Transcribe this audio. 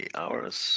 hours